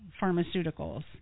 pharmaceuticals